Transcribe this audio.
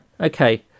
okay